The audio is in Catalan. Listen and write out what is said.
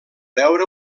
veure